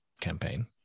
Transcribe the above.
campaign